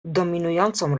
dominującą